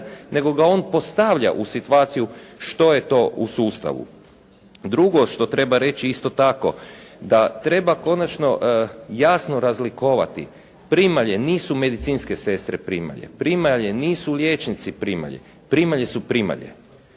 nego ga on postavlja u situaciju što je to u sustavu. Drugo što treba reći isto tako, da treba konačno jasno razlikovati, primalje nisu medicinske sestre primalje. Primalje nisu liječnici primalje, primalje su primalje.